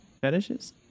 fetishes